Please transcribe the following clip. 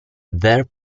their